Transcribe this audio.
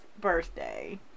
birthday